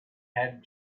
had